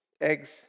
eggs